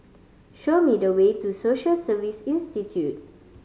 show me the way to Social Service Institute